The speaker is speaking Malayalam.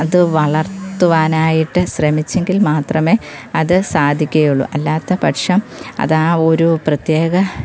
അത് വളർത്തുവാനായിട്ട് ശ്രമിച്ചെങ്കിൽ മാത്രമേ അത് സാധിക്കയുള്ളു അല്ലാത്ത പക്ഷം അത് ആ ഒരു പ്രത്യേക